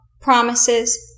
Promises